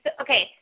Okay